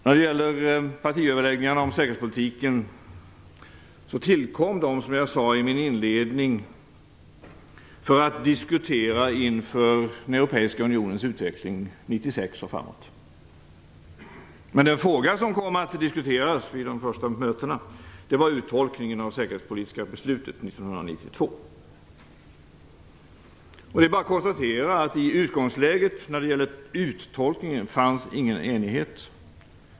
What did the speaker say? Partiledaröverläggningarna om säkerhetspolitiken tillkom, som jag sade i min inledning, för att vi skulle diskutera inför den europeiska unionens utveckling 1996 och framåt. Men den fråga som kom att diskuteras vid de första mötena var uttolkningen av det säkerhetspolitiska beslutet 1992. Det är bara att konstatera att det i utgångsläget inte fanns någon enighet om uttolkningen.